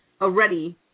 already